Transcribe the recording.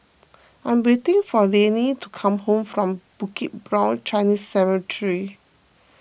I'm waiting for Liane to come home from Bukit Brown Chinese Cemetery